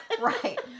right